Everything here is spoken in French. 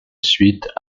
suite